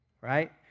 Right